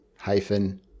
hyphen